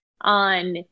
on